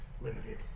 limited